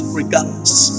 regardless